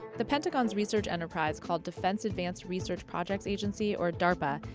the pentagon's research enterprise, called defense advanced research projects agency, or darpa,